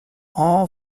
all